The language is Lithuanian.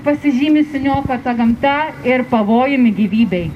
pasižymi suniokota gamta ir pavojumi gyvybei